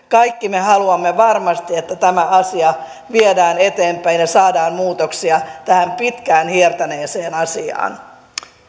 kaikki me haluamme varmasti että tämä asia viedään eteenpäin ja saadaan muutoksia tähän pitkään hiertäneeseen asiaan